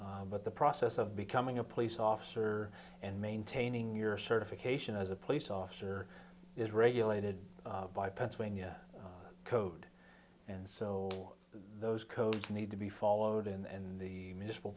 but the process of becoming a police officer and maintaining your certification as a police officer is regulated by pennsylvania code and so those codes need to be followed and the m